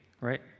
right